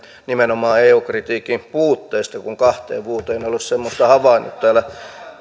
nimenomaan eu kritiikin puutteesta kun kahteen vuoteen en ole semmoista havainnut